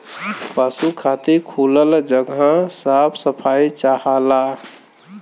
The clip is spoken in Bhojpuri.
पसु खातिर खुलल जगह साफ सफाई चाहला